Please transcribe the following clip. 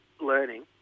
learning